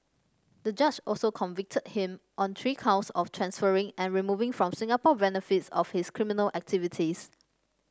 the judge also convicted him on three counts of transferring and removing from Singapore benefits of his criminal activities